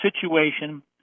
situation